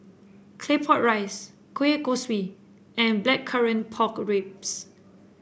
Claypot Rice Kueh Kosui and Blackcurrant Pork Ribs